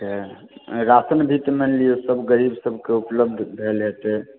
अच्छा राशन भी तऽ मानि लिऔ सब गरिब सबके ऊपलब्ध भेल होयतै